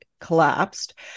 collapsed